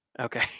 Okay